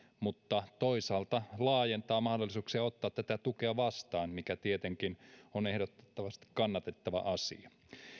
mutta toisaalta laajentaa mahdollisuuksia ottaa tätä tukea vastaan mikä tietenkin on ehdottomasti kannatettava asia